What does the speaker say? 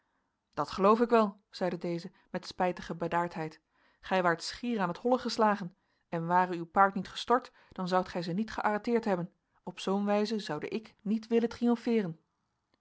dat geloof ik wel zeide deze met spijtige bedaardheid gij waart schier aan t hollen geslagen en ware uw paard niet gestort dan zoudt gij ze niet gearrêteerd hebben op zoo'n wijze zoude ik niet willen triomfeeren